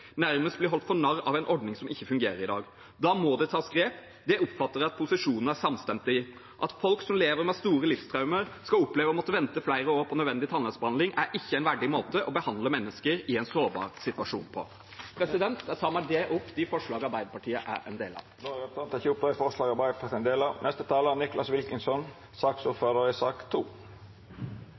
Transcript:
nærmest blir holdt for narr av en ordning som ikke fungerer i dag. Da må det tas grep. Det oppfatter jeg at posisjonen er samstemt om. At folk som lever med store livstraumer, skal oppleve å måtte vente flere år på nødvendig tannhelsebehandling, er ikke en verdig måte å behandle mennesker i en sårbar situasjon på. Jeg tar med det opp de forslag Arbeiderpartiet er en del av. Representanten Tellef Inge Mørland har teke opp dei forslaga han viste til. Tiden er inne for en